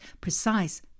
precise